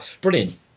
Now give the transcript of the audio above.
brilliant